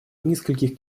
нескольких